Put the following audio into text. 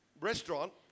restaurant